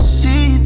see